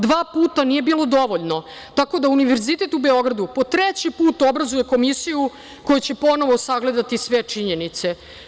Dva puta nije bilo dovoljno, tako da Univerzitet u Beogradu po treći put obrazuje Komisiju koja će ponovo sagledati sve činjenice.